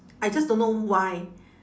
I just don't know why